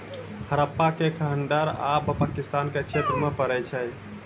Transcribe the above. हड़प्पा के खंडहर आब पाकिस्तान के क्षेत्र मे पड़ै छै